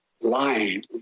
lying